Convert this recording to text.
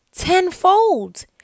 tenfold